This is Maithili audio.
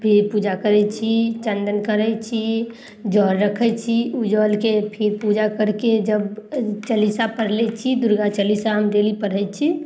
फिर पूजा करय छी चन्दन करय छी जल रखय छी उ जलके फिर पूजा करिके जब चलीसा पढ़ि लै छी दुर्गा चलीसा हम डेली पढ़य छी